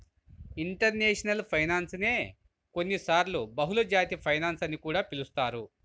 international finance నే కొన్నిసార్లు బహుళజాతి ఫైనాన్స్ అని కూడా పిలుస్తారు